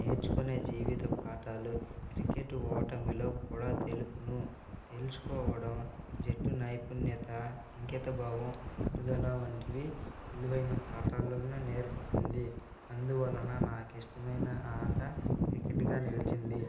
నేర్చుకునే జీవిత పాఠాలు క్రికెట్ ఓటమిలో కూడా తెలుపును తెలుసుకోవడం జట్టు నైపుణ్యత అంకిత భావం పట్టుదల వంటివి విలువైన పాఠాలను నేర్పుతుంది అందువలన నాకిష్టమైన ఆట క్రికెట్గా నిలిచింది